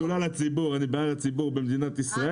אני שדולה לציבור במדינת ישראל.